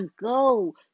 go